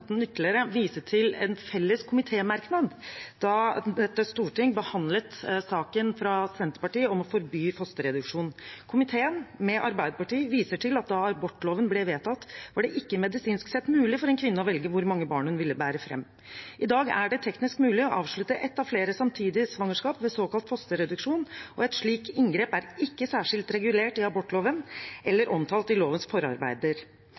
ytterligere, å vise til en felles komitémerknad da Stortinget behandlet representantforslaget fra Senterpartiet om å forby fosterreduksjon: «Komiteen» – med Arbeiderpartiet – «viser til at da abortloven ble vedtatt, var det ikke medisinsk sett mulig for en kvinne å velge hvor mange barn hun ville bære frem. I dag er det teknisk mulig å avslutte ett av flere samtidige svangerskap ved såkalt fosterreduksjon, og et slikt inngrep er ikke særskilt regulert i abortloven eller omtalt i lovens forarbeider.